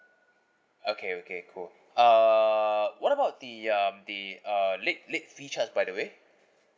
okay okay cool uh what about the um the uh late late fee charge by the way